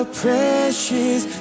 precious